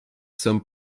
some